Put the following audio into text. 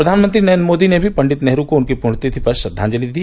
प्रधानमंत्री नरेन्द्र मोदी ने भी पंडित नेहरू को उनकी प्ण्यतिथि पर श्रद्वांजलि दी